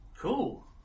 Cool